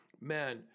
man